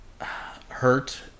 hurt